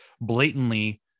blatantly